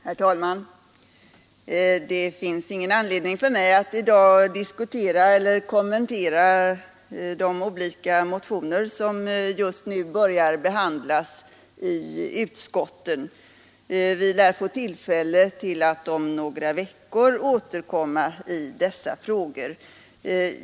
Herr talman! Det finns ingen anledning för mig att i dag diskutera de olika motioner som just nu börjar behandlas i utskotten. Vi lär om några veckor få tillfälle att återkomma till dessa frågor.